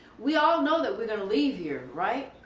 we all know that we're going to leave here, right.